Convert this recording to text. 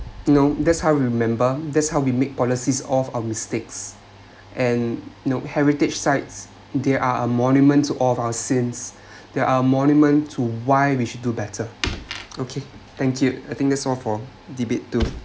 no that's how we remember that's how we make policies of our mistakes and you know heritage sites they are a monument to all of our sins they are monument to why we should do better okay thank you I think that’s all for debate two